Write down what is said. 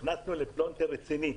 נכנסנו לפלונטר רציני.